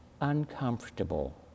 uncomfortable